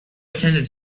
attended